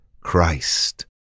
Christ